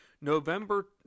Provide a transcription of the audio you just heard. November